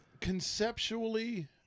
Conceptually